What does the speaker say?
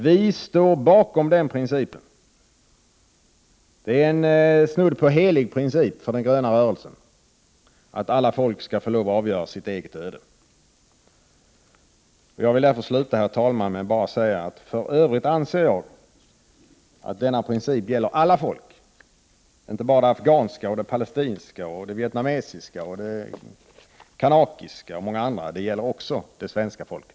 Vi står bakom den principen. Det är snudd på en helig princip för den gröna rörelsen att alla folk skall få avgöra sitt eget öde. Herr talman! Jag vill avsluta med att säga att jag anser att denna princip gäller alla folk, inte bara det afghanska, det palestinska, det vietnamesiska, det kanakiska och många andra. Det gäller också det svenska folket.